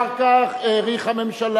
חבר הכנסת גפני,